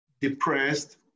depressed